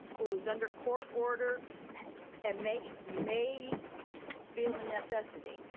who is under court order and may may feel the necessity.